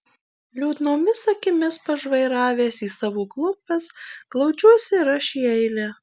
liūdnomis akimis pažvairavęs į savo klumpes glaudžiuosi ir aš į eilę